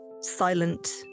silent